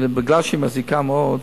ומכיוון שהיא מזיקה מאוד